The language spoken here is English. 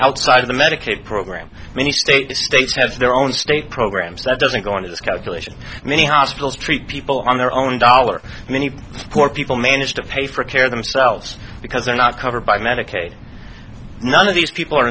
outside of the medicaid program many state the states has their own state program so it doesn't go into this calculation many hospitals treat people on their own dollar many poor people manage to pay for care themselves because they're not covered by medicaid none of these people are